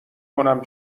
کنم